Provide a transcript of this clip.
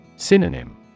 Synonym